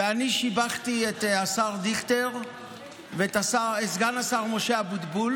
ואני שיבחתי את השר דיכטר ואת סגן השר משה אבוטבול